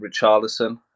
Richarlison